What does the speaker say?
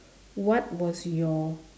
what was your